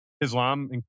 Islam